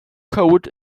coat